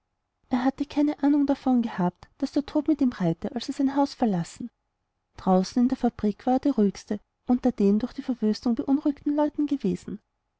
er hatte keine ahnung davon gehabt daß der tod mit ihm reite als er sein haus verlassen draußen in der fabrik war er der ruhigste unter den durch die verwüstungen beunruhigten leuten gewesen